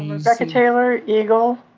rebecca taylor, egle,